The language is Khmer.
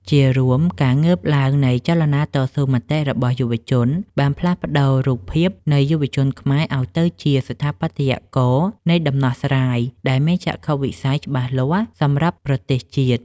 ជារួម ការងើបឡើងនៃចលនាតស៊ូមតិរបស់យុវជន បានផ្លាស់ប្តូររូបភាពនៃយុវជនខ្មែរឱ្យទៅជា ស្ថាបត្យករនៃដំណោះស្រាយ ដែលមានចក្ខុវិស័យច្បាស់លាស់សម្រាប់ប្រទេសជាតិ។